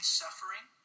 suffering